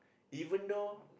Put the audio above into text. even though